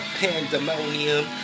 pandemonium